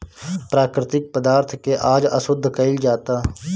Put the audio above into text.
प्राकृतिक पदार्थ के आज अशुद्ध कइल जाता